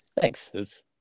Thanks